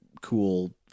cool